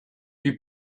you